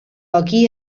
aquí